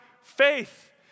faith